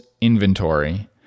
inventory